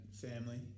family